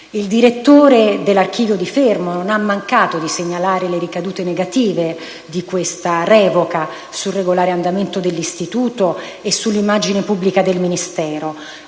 Il direttore dell'Archivio di Stato di Fermo non ha mancato di segnalare le ricadute negative di questa revoca sul regolare andamento dell'istituto e sull'immagine pubblica del Ministero.